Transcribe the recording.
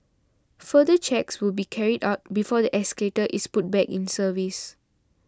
further checks will be carried out before the escalator is put back in service